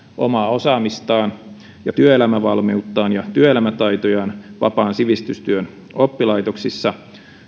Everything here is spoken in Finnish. omaa osaamistaan työelämävalmiuttaan ja työelämätaitojaan vapaan sivistystyön oppilaitoksissa